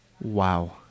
Wow